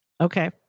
Okay